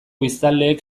biztanleek